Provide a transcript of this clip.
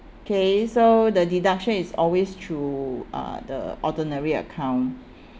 okay so the deduction is always through uh the ordinary account